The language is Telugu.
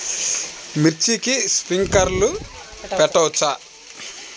మిర్చికి స్ప్రింక్లర్లు పెట్టవచ్చా?